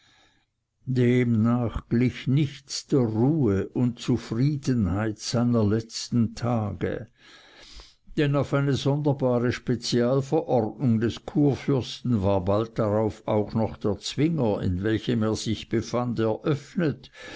demnach glich nichts der ruhe und zufriedenheit seiner letzten tage denn auf eine sonderbare spezial verordnung des kurfürsten war bald darauf auch noch der zwinger in welchem er sich befand eröffnet